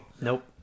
nope